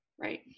right